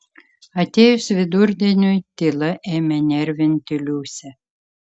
atėjus vidurdieniui tyla ėmė nervinti liusę